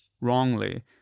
wrongly